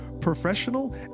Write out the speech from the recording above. Professional